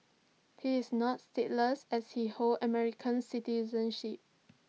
he is not stateless as he holds American citizenship